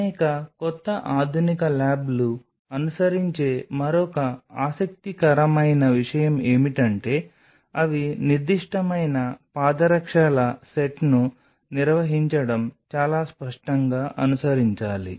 అనేక కొత్త ఆధునిక ల్యాబ్లు అనుసరించే మరొక ఆసక్తికరమైన విషయం ఏమిటంటే అవి నిర్దిష్టమైన పాదరక్షల సెట్ను నిర్వహించడం చాలా స్పష్టంగా అనుసరించాలి